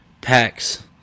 packs